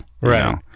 Right